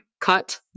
cut